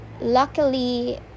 luckily